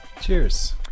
Cheers